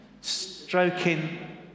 Stroking